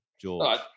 George